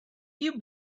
you